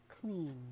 clean